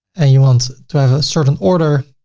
and you want to have a certain order,